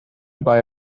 buy